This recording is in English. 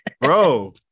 bro